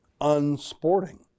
Unsporting